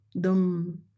Dum